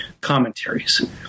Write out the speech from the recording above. commentaries